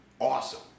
awesome